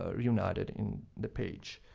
ah united in the page.